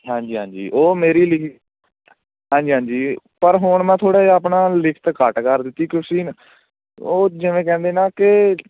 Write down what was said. ਹਾਂਜੀ ਹਾਂਜੀ ਉਹ ਮੇਰੀ ਲਿਖੀ ਹਾਂਜੀ ਹਾਂਜੀ ਪਰ ਹੁਣ ਮੈਂ ਥੋੜ੍ਹਾ ਜਿਹਾ ਆਪਣਾ ਲਿਖਤ ਘੱਟ ਕਰ ਦਿੱਤੀ ਤੁਸੀਂ ਉਹ ਜਿਵੇਂ ਕਹਿੰਦੇ ਨਾ ਕਿ